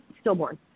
stillborn